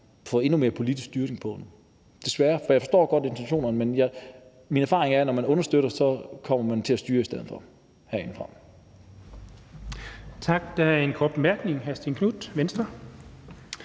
få endnu mere politisk styring af det – desværre, for jeg forstår godt intentionerne, men min erfaring er, at når man vil understøtte noget, kommer man i stedet for til at